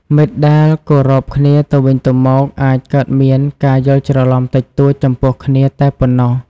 មិត្តដែលគោរពគ្នាទៅវិញទៅមកអាចកើតមានការយល់ច្រឡំតិចតួចចំពោះគ្នាតែប៉ុណ្ណោះ។